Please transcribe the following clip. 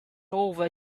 over